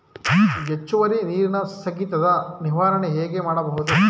ಹೆಚ್ಚುವರಿ ನೀರಿನ ಸ್ಥಗಿತದ ನಿರ್ವಹಣೆ ಹೇಗೆ ಮಾಡಬಹುದು?